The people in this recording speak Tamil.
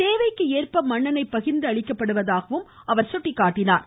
தேவைகளுக்கு ஏற்ப மண்ணெண்ணெய் பகிர்ந்து அளிக்கப்படுவதாகவும் அவர் சுட்டிக்காட்டினார்